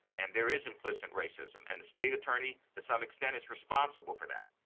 and there is implicit racism. and the state attorney, to some extent, is responsible for that.